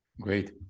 Great